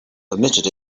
permitted